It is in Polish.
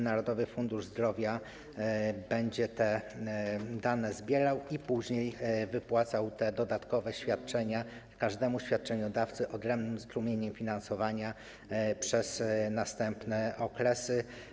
Narodowy Fundusz Zdrowia będzie te dane zbierał i później wypłacał dodatkowe świadczenia każdemu świadczeniodawcy odrębnym strumieniem finansowania przez następne okresy.